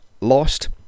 Lost